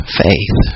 faith